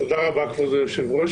תודה רבה, כבוד היושב-ראש.